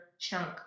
chunk